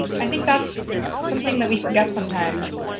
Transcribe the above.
i think that's something that we forget sometimes?